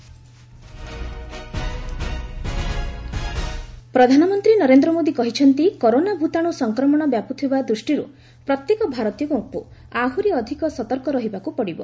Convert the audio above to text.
PM nine କଲ୍ଟ ପ୍ରଧାନମନ୍ତ୍ରୀ ନରେନ୍ଦ୍ର ମୋଦୀ କହିଛନ୍ତି କରୋନା ଭୂତାଣୁ ସଂକ୍ରମଣ ବ୍ୟାପୁଥିବା ଦୃଷ୍ଟିରୁ ପ୍ରତ୍ୟେକ ଭାରତୀୟଙ୍କୁ ଆହୁରି ଅଧିକ ସତର୍କ ରହିବାକୁ ପଡ଼ିବ